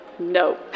No